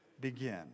begin